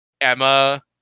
Emma